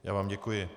Já vám děkuji.